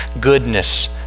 goodness